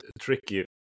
tricky